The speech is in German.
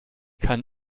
kann